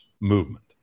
Movement